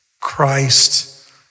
Christ